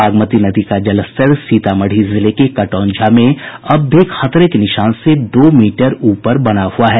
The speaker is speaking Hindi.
बागमती नदी का जलस्तर सीतामढ़ी जिले के कटौंझा में अब भी खतरे के निशान से दो मीटर ऊपर बना हुआ है